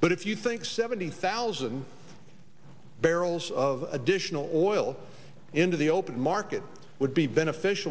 but if you think seventy thousand barrels of additional oil into the open market would be beneficial